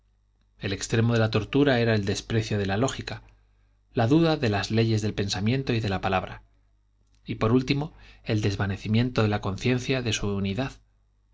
el extremo de la tortura era el desprecio de la lógica la duda de las leyes del pensamiento y de la palabra y por último el desvanecimiento de la conciencia de su unidad